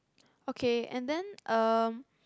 okay and then um